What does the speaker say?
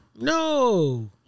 no